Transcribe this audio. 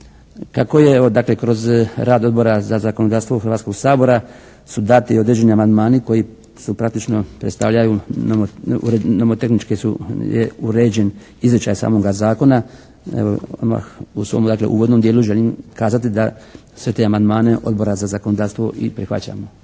Kako je evo dakle, kroz rad Odbora za zakonodavstvo Hrvatskog sabora su dati određeni amandmani koji su praktično predstavljaju, nomotehnički su uređen izričaj samoga zakona evo, u svom uvodnom dijelu dakle, želim kazati da se te amandmane Odbora za zakonodavstvo i prihvaćamo.